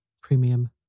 Premium